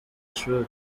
ishuli